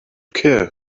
care